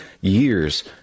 years